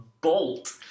bolt